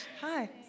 Hi